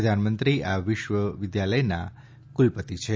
પ્રધાનમંત્રી આ વિશ્વવિદ્યાલયના કુલપતિ છે